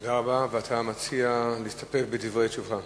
תודה רבה, ואתה מציע להסתפק בדברי תשובתך.